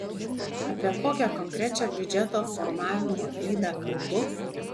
apie kokią konkrečią biudžeto formavimo ydą kalbu